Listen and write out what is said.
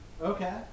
Okay